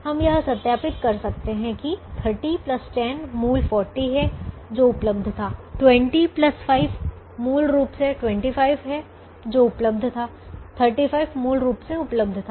हम यह सत्यापित कर सकते हैं कि 30 10 मूल 40 है जो उपलब्ध था 20 5 मूल रूप से 25 है जो उपलब्ध था और 35 मूल रूप से उपलब्ध था